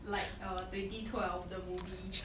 like uh twenty twelve the movie